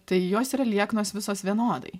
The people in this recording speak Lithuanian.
tai jos yra lieknos visos vienodai